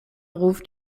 ruf